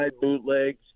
bootlegs